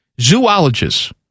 zoologists